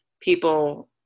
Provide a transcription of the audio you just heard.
people